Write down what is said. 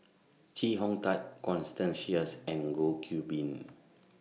Chee Hong Tat Constance Sheares and Goh Qiu Bin